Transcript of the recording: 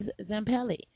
Zampelli